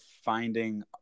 finding